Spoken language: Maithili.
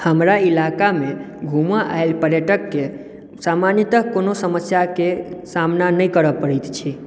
हमरा इलाकामे घुमय आयल पर्यटकके सामान्यतः कोनो समस्याके सामना नहि करय पड़ैत छै